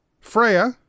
Freya